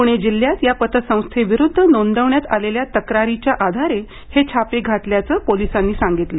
पुणे जिल्ह्यात या पतसंस्थेविरूद्ध नोंदवण्यात आलेल्या तक्रारींच्या आधारे हे छापे घातल्याचं पोलिसांनी सांगितलं